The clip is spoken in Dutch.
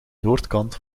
noordkant